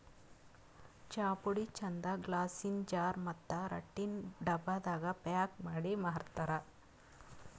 ಚಾಪುಡಿ ಚಂದ್ ಗ್ಲಾಸಿನ್ ಜಾರ್ ಮತ್ತ್ ರಟ್ಟಿನ್ ಡಬ್ಬಾದಾಗ್ ಪ್ಯಾಕ್ ಮಾಡಿ ಮಾರ್ತರ್